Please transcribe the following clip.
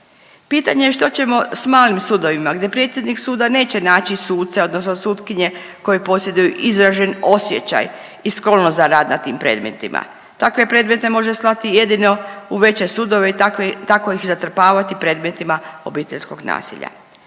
Pitanje je što ćemo s malim sudovima gdje predsjednik suda neće naći suce odnosno sutkinje koje posjeduju izražen osjećaj i sklonost za rad na tim predmetima? Takve predmete može slati jedino u veće sudove i tako ih zatrpavati predmetima obiteljskog nasilja.